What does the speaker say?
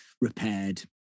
repaired